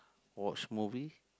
watch movie